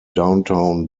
downtown